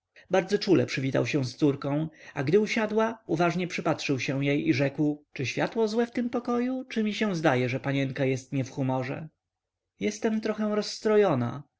bardzo czule przywitał się z córką a gdy usiadła uważnie przypatrzył się jej i rzekł czy światło złe w tym pokoju czy mi się zdaje że panienka jest nie w humorze jestem trochę rozstrojona